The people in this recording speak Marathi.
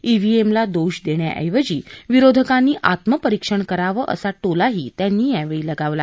ईव्हीएमला दोष देण्याऐवजी विरोधकांनी आत्मपरीक्षण करावं असा टोलाही त्यांनी लगावला